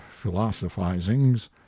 philosophizings